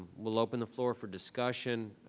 we'll open the floor for discussion.